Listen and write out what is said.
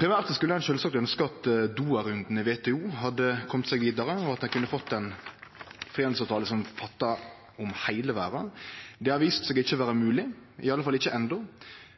Primært skulle ein sjølvsagt ønskje at Doha-runden i WTO hadde kome seg vidare, og at ein kunne fått ein frihandelsavtale som omfatta heile verda. Det har vist seg ikkje å vere mogleg, iallfall ikkje enno, og i